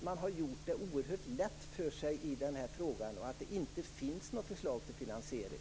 Man har gjort det oerhört lätt för sig i den här frågan. Det finns inte något förslag till finansiering.